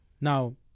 Now